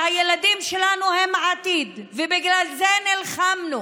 והילדים שלנו הם העתיד, ובגלל זה נלחמנו,